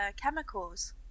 Chemicals